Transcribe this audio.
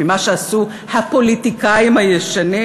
ממה שעשו הפוליטיקאים הישנים.